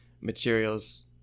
materials